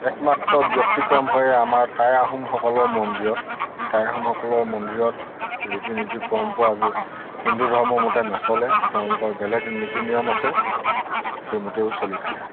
একমাত্ৰ ব্যতিক্ৰম হয় আমাৰ টাই আহোমসকলৰ মন্দিৰত টাই আহোমসকলৰ মন্দিৰত ৰীতি নীতি পৰম্পৰাবোৰ হিন্দু ধৰ্মৰ মতে নচলে তেওঁলোকৰ বেলেগ নীতি নিয়ম আছে সেইমতেও চলি থাকে